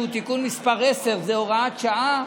שהוא תיקון מס' 10 והוראת שעה,